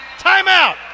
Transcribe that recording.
Timeout